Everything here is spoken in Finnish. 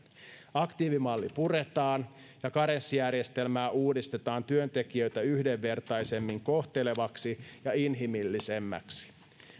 aktiivimalli puretaan ja karenssijärjestelmää uudistetaan työntekijöitä yhdenvertaisemmin kohtelevaksi ja inhimillisemmäksi